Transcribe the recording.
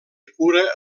cura